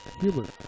Hubert